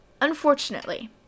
Unfortunately